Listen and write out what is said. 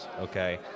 okay